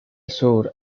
sur